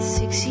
six